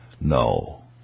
NO